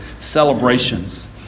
celebrations